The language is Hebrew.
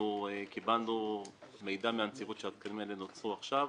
שקיבלנו מידע מהנציבות שהתקנים האלה נוצרו עכשיו,